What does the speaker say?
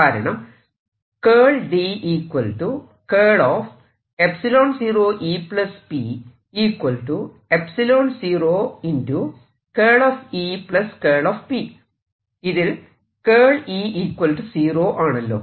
കാരണം ഇതിൽ E 0 ആണല്ലോ